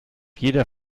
jeder